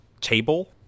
table